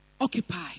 Occupy